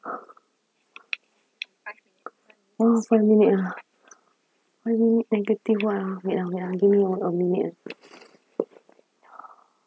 !huh! five minute ah five minute negative [what] ah wait ah wait ah give me one minute